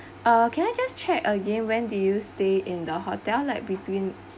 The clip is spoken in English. uh can I just check again when did you stay in the hotel like between